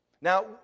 Now